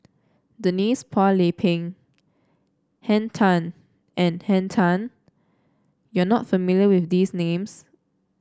Denise Phua Lay Peng Henn Tan and Henn Tan you are not familiar with these names